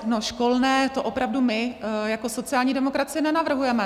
No, školné, to opravdu my jako sociální demokracie nenavrhujeme.